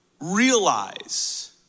Realize